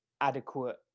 adequate